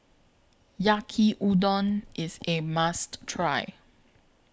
Yaki Udon IS A must Try